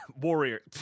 Warrior